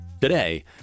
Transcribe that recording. Today